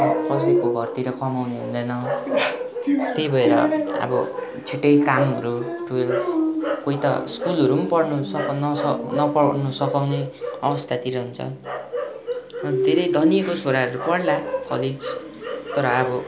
कसैको घरतिर कमाउने हुँदैन त्यही भएर अब छिटो कामहरू तुरेर कोही त स्कुलहरू पनि पढ्नु सक् नसक् नपढाउनु सक्ने पनि अवस्थातिर हुन्छ अनि धेरै धनीको छोराहरू पढ्ला कलेज तर अब